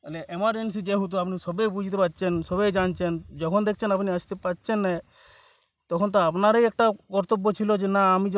মানে ইমারজেন্সি যেহেতু আপনি সবই বুঝতে পারছেন সবই জানছেন যখন দেখছেন আপনি আসতে পারছেন না তখন তো আপনারই একটা কর্তব্য ছিল যে না আমি